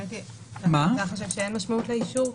אתה חושב שאין משמעות לאישור,